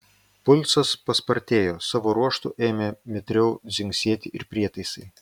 pulsas paspartėjo savo ruožtu ėmė mitriau dzingsėti ir prietaisai